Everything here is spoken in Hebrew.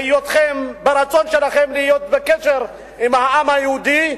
ברצון שלכם להיות בקשר עם העם היהודי,